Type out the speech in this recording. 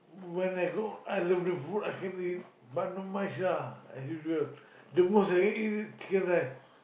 when I go I love the food I can eat but not much lah I realise the most I can eat is chicken rice